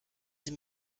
sie